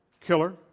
killer